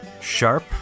sharp